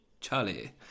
Charlie